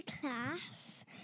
class